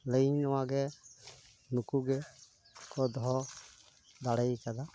ᱞᱟᱹᱭᱟᱹᱧ ᱱᱚᱣᱟᱜᱮ ᱱᱩᱠᱩᱜᱮ ᱠᱚ ᱫᱚᱦᱚ ᱫᱟᱲᱮᱭ ᱠᱟᱫᱟ